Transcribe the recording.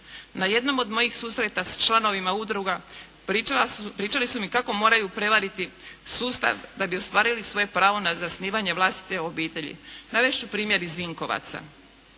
Na jednom od mojih susreta sa članovima udruga pričali su mi kako moraju prevariti sustav da bi ostvarili svoje pravo na zasnivanje vlastite obitelji. Navesti ću primjer iz Vinkovaca.